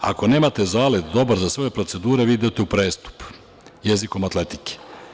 Ako nemate zalet dobar za svoje procedure, vi idete u prestup jezikom atletike.